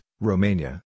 Romania